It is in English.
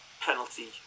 penalty